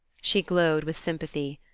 she glowed with sympathy.